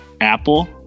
Apple